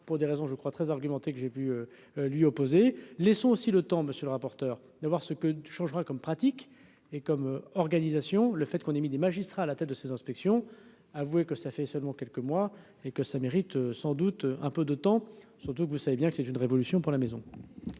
pour des raisons je crois très argumenté que j'ai pu lui opposer laissons aussi le temps, monsieur le rapporteur, de voir ce que tu changeras comme pratique et comme organisation le fait qu'on ait mis des magistrats à la tête de ces inspections, avouez que ça fait seulement quelques mois et que ça mérite sans doute un peu de temps, surtout que vous savez bien que c'est une révolution pour la maison.